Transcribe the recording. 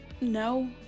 no